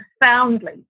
profoundly